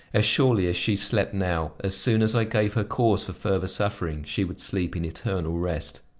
as surely as she slept now, as soon as i gave her cause for further suffering, she would sleep in eternal rest.